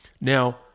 Now